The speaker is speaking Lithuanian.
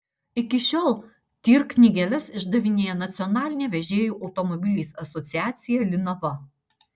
iki šiol tir knygeles išdavinėja nacionalinė vežėjų automobiliais asociacija linava